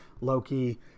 Loki